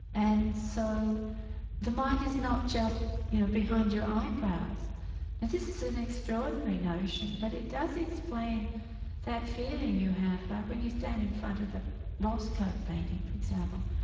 and so the mind is not just you know behind your eyebrows. now this is an extraordinary notion but it does explain that feeling you have, like when you stand in front of a rothko painting, for example,